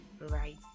right